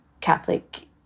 Catholic